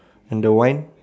and the wine